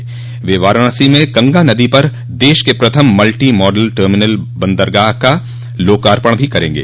प्रधानमंत्री वाराणसी में गंगा नदी पर देश के प्रथम मल्टी मॉडल टर्मिनल बंदरगाह का लोकार्पण करेंगे